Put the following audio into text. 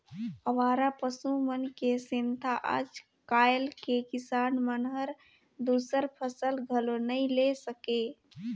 अवारा पसु मन के सेंथा आज कायल के किसान मन हर दूसर फसल घलो नई ले सके